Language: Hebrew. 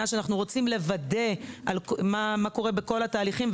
שאנחנו רוצים לוודא מה קורה בכל התהליכים,